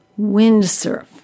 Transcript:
Windsurf